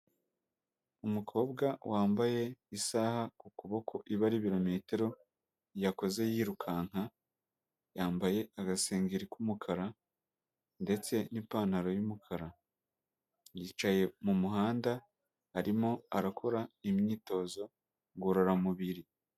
Umukobwa wambaye isaha ku kuboko ibara ibirometero yakoze yirukanka, yambaye agasengeri k'umukara ndetse n'ipantaro y'umukara. Yicaye mu muhanda arimo arakora imyitozo ngororamubiri.